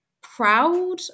proud